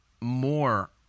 more